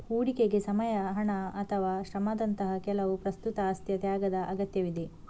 ಹೂಡಿಕೆಗೆ ಸಮಯ, ಹಣ ಅಥವಾ ಶ್ರಮದಂತಹ ಕೆಲವು ಪ್ರಸ್ತುತ ಆಸ್ತಿಯ ತ್ಯಾಗದ ಅಗತ್ಯವಿದೆ